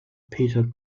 peter